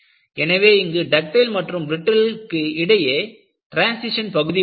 எனவே இங்கு டக்டைல் மற்றும் பிரட்டில் க்கு இடையே டிரான்சிஷன் பகுதி உள்ளது